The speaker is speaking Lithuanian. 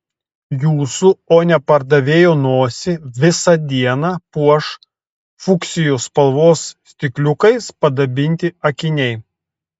jūsų o ne pardavėjo nosį visą dieną puoš fuksijų spalvos stikliukais padabinti akiniai